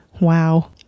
Wow